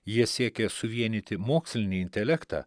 jie siekė suvienyti mokslinį intelektą